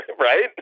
right